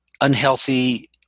unhealthy